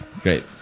great